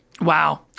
Wow